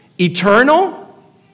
Eternal